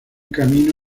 camino